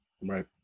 right